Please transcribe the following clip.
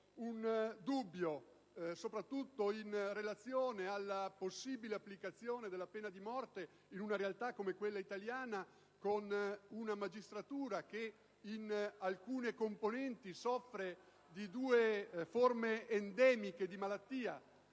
un dubbio, soprattutto in relazione alla possibile applicazione della pena di morte in una realtà come quella italiana, con una magistratura che in alcune componenti soffre di due forme endemiche di malattia.